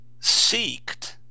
seeked